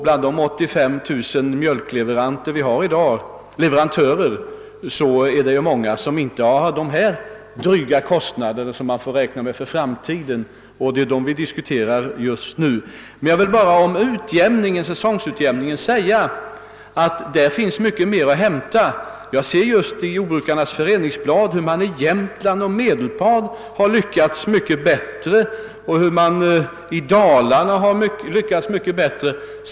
Bland de 85 000 mjölkleverantörer som vi har i dag är det ju många som inte har dessa dryga kostnader som man får räkna med för framtiden, och det är ju dem vi diskuterar just nu. Om säsongutjämningen vill jag bara säga att där finns mycket mer att hämta. Jag har just sett i Jordbrukarnas Föreningsblad hur man i Jämtland, Medelpad och Dalarna har lyckats mycket bättre.